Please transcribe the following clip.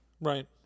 Right